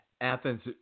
Athens